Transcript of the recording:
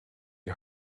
die